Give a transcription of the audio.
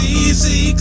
easy